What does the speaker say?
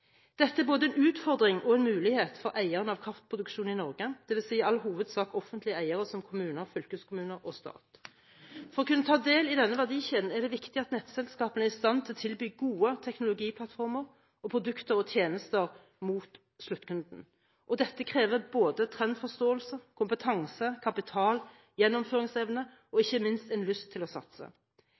Dette er både en utfordring og en mulighet for eierne av kraftproduksjon i Norge, dvs. i all hovedsak offentlige eiere som kommuner, fylkeskommuner og stat. For å kunne ta del i denne verdikjeden er det viktig at nettselskapene er i stand til å tilby gode teknologiplattformer og produkter og tjenester mot sluttkunden – og dette krever både trendforståelse, kompetanse, kapital, gjennomføringsevne og ikke minst en lyst til å satse.